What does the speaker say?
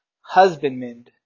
husbandman